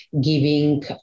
giving